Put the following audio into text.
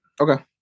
Okay